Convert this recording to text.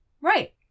Right